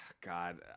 god